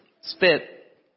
spit